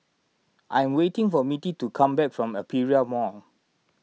I am waiting for Mittie to come back from Aperia Mall